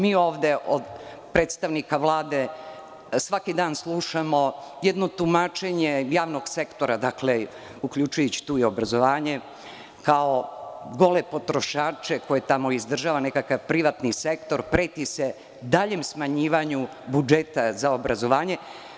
Mi ovde od predstavnika Vlade svaki dan slušamo jedno tumačenje javnog sektora, uključujući tu i obrazovanje, kao gole potrošače koje tamo izdržava nekakav privatan sektor i preti se daljem smanjivanju budžeta za obrazovanje.